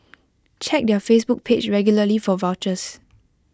check their Facebook page regularly for vouchers